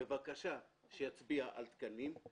בבקשה שיצביע על תקנים,